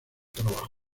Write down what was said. trabajo